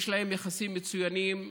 יש ביניהם יחסים מצוינים,